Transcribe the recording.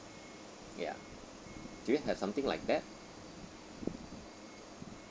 ya do you have something like that